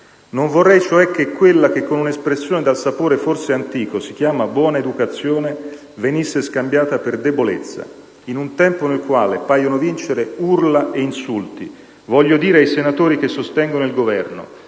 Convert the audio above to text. Non vorrei cioè che quella che, con un'espressione dal sapore forse antico, si chiama buona educazione venisse scambiata per debolezza. In un tempo nel quale paiono vincere urla e insulti voglio dire ai senatori che sostengono il Governo